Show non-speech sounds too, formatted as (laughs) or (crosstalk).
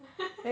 (laughs)